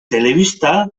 telebista